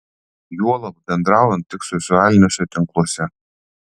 juolab bendraujant tik socialiniuose tinkluose